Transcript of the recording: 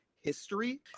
history